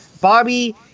Bobby